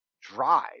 drive